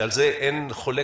שעל זה אף אחד אינו חולק,